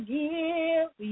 give